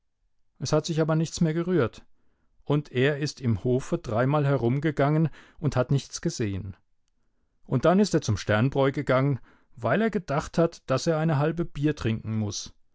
es hat sich aber nichts mehr gerührt und er ist im hofe dreimal herumgegangen und hat nichts gesehen und dann ist er zum sternbräu gegangen weil er gedacht hat daß er eine halbe bier trinken muß